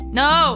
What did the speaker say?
no